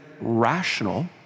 rational